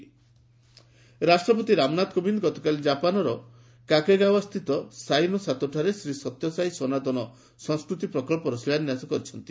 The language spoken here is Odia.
ପ୍ରେସିଡେଣ୍ଟ ଜାପାନ୍ ରାଷ୍ଟପତି ରାମନାଥ କୋବିନ୍ଦ ଗତକାଲି କ୍ରାପାନ୍ର କାକେଗାଓ୍ନା ସ୍ଥିତ ସାଇ ନୋ ସାତୋ ଠାରେ ଶ୍ରୀ ସତ୍ୟସାଇ ସନାତନ ସଂସ୍କୃତି ପ୍ରକଳ୍ପର ଶିଳାନ୍ୟାସ କରିଛନ୍ତି